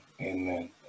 Amen